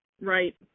Right